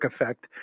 effect